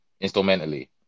instrumentally